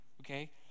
okay